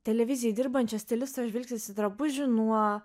televizijoj dirbančio stilisto žvilgsnis į drabužį nuo